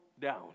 down